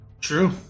True